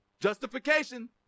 Justification